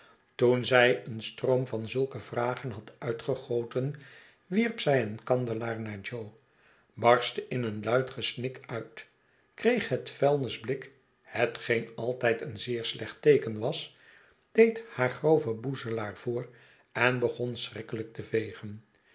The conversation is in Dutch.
toen zij een stroom van zulke vragen had uitgegoten wiep zij een kandelaar naar jo barstte in een luid gesnik uit kreeg het vuilnisblik hetgeen altijd een zeer slecht teeken was deed haar groven boezelaar voor en begon schrikkelijk te vegen